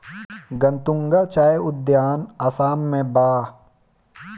गतूंगा चाय उद्यान आसाम में बा